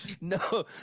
no